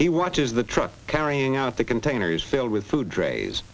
he watches the trucks carrying out the containers filled with food trays